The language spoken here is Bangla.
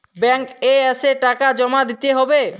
ব্যাঙ্ক এ এসে টাকা জমা দিতে হবে?